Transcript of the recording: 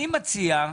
אני מציע,